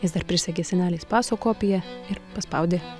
jis dar prisegė senelės paso kopiją ir paspaudė